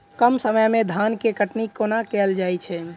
कम समय मे धान केँ कटनी कोना कैल जाय छै?